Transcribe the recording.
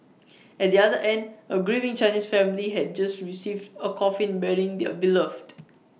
at the other end A grieving Chinese family had just received A coffin bearing their beloved